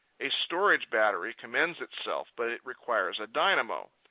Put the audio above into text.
a storage battery commends itself, but it requires a dynamo.